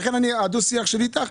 לכן הדו-שיח שלי אתך.